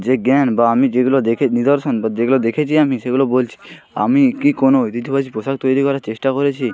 যে জ্ঞান বা আমি যেগুলো দেখে নিদর্শন বা যেগুলো দেখেছি আমি সেগুলো বলছি আমি কি কোনো ঐতিহ্যবাহী পোশাক তৈরি করার চেষ্টা করেছি